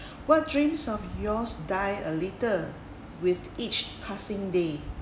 what dreams of yours dies a little with each passing day